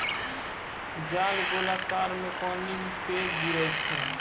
जाल गोलाकार मे पानी पे गिरै छै